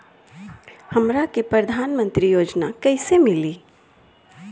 हमरा के प्रधानमंत्री योजना कईसे मिली?